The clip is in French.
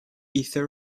heather